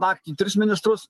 naktį tris ministrus